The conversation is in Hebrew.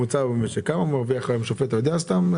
אתה יודע כמה מרוויח היום שופט בעליון?